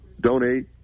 donate